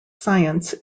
science